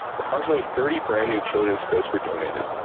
approximately thirty brand new children's coats were donated.